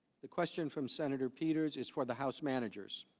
the question from senator peters's for the house managers